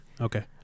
Okay